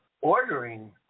ordering